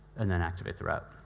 and then activate the route.